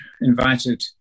invited